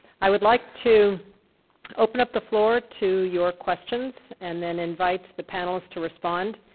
i would like to open up the floor to your questions and then invite the panelists to respond.